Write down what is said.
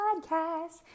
Podcast